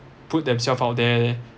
put themselves out there